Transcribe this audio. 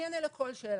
אני אענה לכל שאלה.